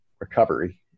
recovery